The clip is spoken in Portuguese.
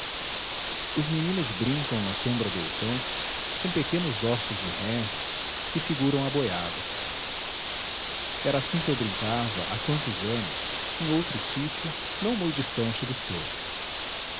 os meninos brincam na sombra do outão com pequenos ossos de reses que figuram a boiada era assim que eu brincava há quantos anos em outro sítio não mui distante do seu